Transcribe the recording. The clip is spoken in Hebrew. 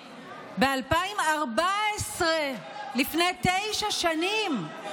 מ-2014, תשע שנים.